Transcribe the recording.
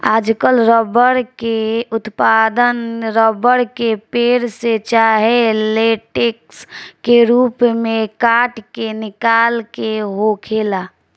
आजकल रबर के उत्पादन रबर के पेड़, से चाहे लेटेक्स के रूप में काट के निकाल के होखेला